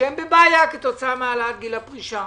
שהן בבעיה כתוצאה מהעלאת גיל הפרישה